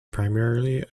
primarily